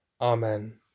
Amen